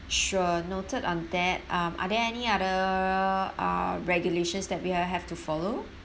sure noted on that um are there any other uh regulations that we will have to follow